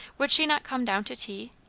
would she not come down to tea?